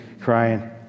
crying